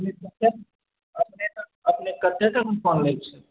अपने कतेक तक फोन लै छी